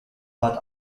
bat